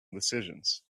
decisions